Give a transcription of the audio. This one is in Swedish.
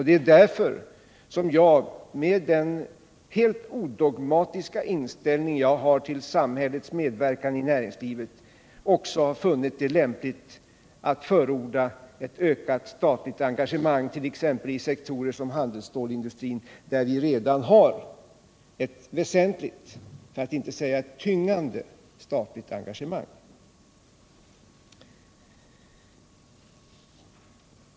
Det är därför som jag, med den helt odogmatiska inställning som jag har till samhällets medverkan i näringslivet, också har funnit det lämpligt att förorda ett ökat statligt engagemang i sektorer som handelsstålindustrin, där vi redan har ett väsentligt, för att inte säga tyngande statligt engagemang.